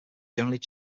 generally